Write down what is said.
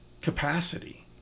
capacity